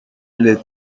les